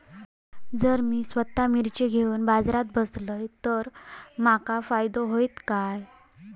जर मी स्वतः मिर्ची घेवून बाजारात बसलय तर माका फायदो होयत काय?